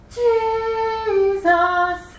jesus